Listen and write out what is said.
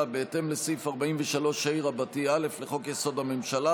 בהתאם לסעיף 43ה(א) לחוק-יסוד: הממשלה